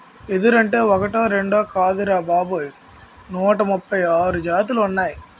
ఎదురంటే ఒకటీ రెండూ రకాలు కాదురా బాబూ నూట ముప్పై ఆరు జాతులున్నాయ్